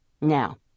now